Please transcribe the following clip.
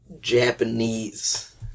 Japanese